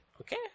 Okay